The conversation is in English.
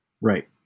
Right